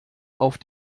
auf